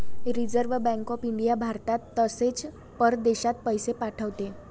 reserve bank of India भारतात तसेच परदेशात पैसे पाठवते